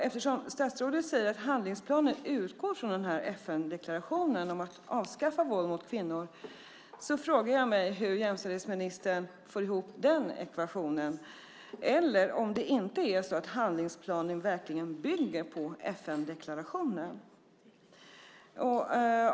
Eftersom statsrådet säger att handlingsplanen utgår från FN-deklarationen om att avskaffa våld mot kvinnor frågar jag mig hur jämställdhetsministern får ihop den ekvationen. Eller bygger kanske inte handlingsplanen på FN-deklarationen?